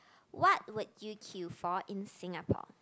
what would you queue for in Singapore